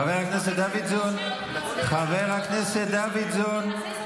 חבר הכנסת דוידסון, חבר הכנסת דוידסון.